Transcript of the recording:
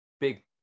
big